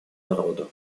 народа